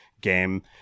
game